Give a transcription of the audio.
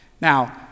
Now